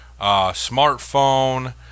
smartphone